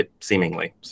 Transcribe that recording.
seemingly